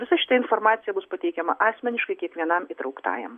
visa šita informacija bus pateikiama asmeniškai kiekvienam įtrauktajam